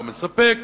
לא מספק,